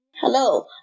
Hello